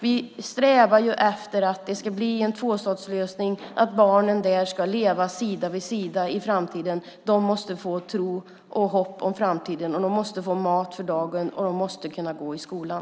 Vi strävar ju efter att det ska bli en tvåstatslösning, att barnen där ska leva sida vid sida i framtiden. De måste få tro och hopp om framtiden, de måste få mat för dagen och de måste kunna gå i skolan.